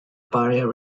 barrier